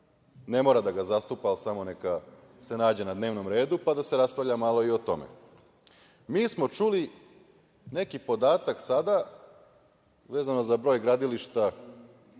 ne mora da ga zastupa, ali samo neka se nađe na dnevnom redu, pa da se raspravlja malo i o tome. Mi smo čuli neki podatak sada, vezano za broj gradilišta